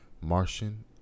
Martian